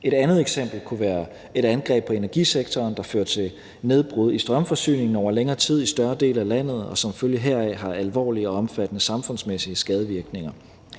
Et andet eksempel kunne være et angreb på energisektoren, der fører til nedbrud i strømforsyningen over længere tid i større dele af landet og som følge heraf har alvorlige og omfattende samfundsmæssige skadevirkninger.